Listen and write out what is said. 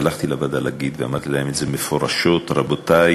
הלכתי לוועדה ואמרתי להם את זה מפורשות: רבותי,